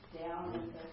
down